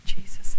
Jesus